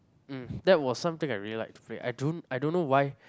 mm that was something I really like I don't I don't know why